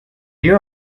you